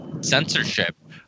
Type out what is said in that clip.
censorship